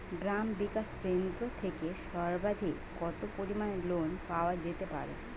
গ্রাম বিকাশ কেন্দ্র থেকে সর্বাধিক কত পরিমান লোন পাওয়া যেতে পারে?